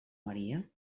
maria